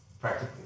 practically